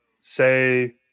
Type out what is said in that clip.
say